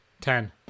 Ten